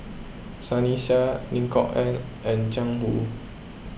Sunny Sia Lim Kok Ann and Jiang Hu